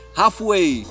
halfway